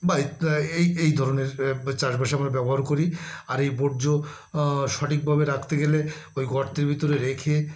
বা এই এই ধরনের চাষবাসে আমরা ব্যবহার করি আর এই বর্জ্য সঠিক ভাবে রাখতে গেলে ওই গর্তের ভিতরে রেখে